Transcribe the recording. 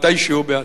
מתישהו בעתיד.